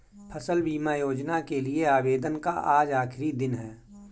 फसल बीमा योजना के लिए आवेदन का आज आखरी दिन है